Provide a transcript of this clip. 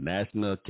National